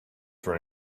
for